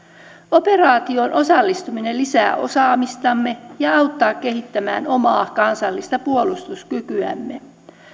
operaatioon osallistuminen lisää osaamistamme ja auttaa kehittämään omaa kansallista puolustuskykyämme